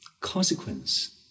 consequence